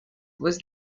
was